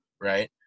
right